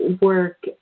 work